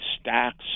stacks